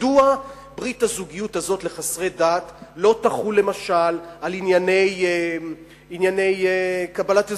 מדוע ברית הזוגיות הזאת לחסרי דת לא תחול למשל על ענייני קבלת אזרחות,